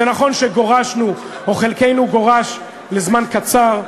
זה נכון שגורשנו או חלקנו גורש לזמן קצר,